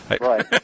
Right